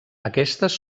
aquestes